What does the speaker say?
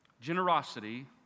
Generosity